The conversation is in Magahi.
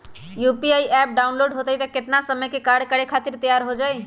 यू.पी.आई एप्प डाउनलोड होई त कितना समय मे कार्य करे खातीर तैयार हो जाई?